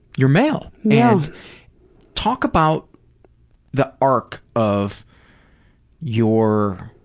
you're male. and talk about the arc of your